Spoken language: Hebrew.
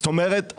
זאת אומרת,